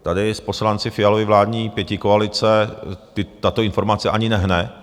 Tady s poslanci Fialovy vládní pětikoalice tato informace ani nehne.